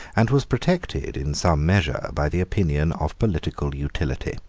and was protected, in some measure, by the opinion of political utility.